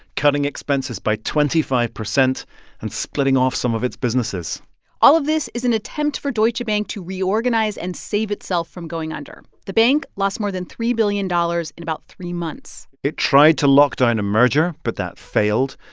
cutting expenses by twenty five percent and splitting off some of its businesses all of this is an attempt for deutsche bank to reorganize and save itself from going under. the bank lost more than three billion dollars in about three months it tried to lock down a merger, but that failed.